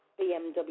bmw